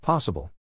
Possible